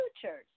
futures